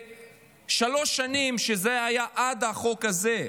בשלוש שנים, שזה היה עד החוק הזה,